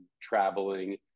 traveling